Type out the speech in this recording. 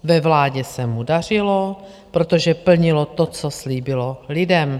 Ve vládě se mu dařilo, protože plnilo to, co slíbilo lidem.